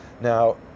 Now